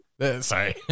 Sorry